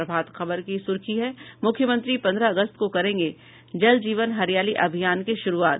प्रभात खबर की सुर्खी है मुख्यमंत्री पन्द्रह अगस्त को करेंगे जल जीवन हरियाली अभियान की शुरूआत